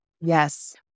Yes